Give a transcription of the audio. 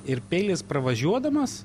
ir peilis pravažiuodamas